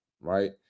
Right